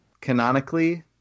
canonically